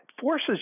forces